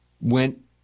went